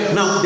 Now